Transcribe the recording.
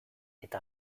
eta